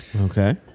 Okay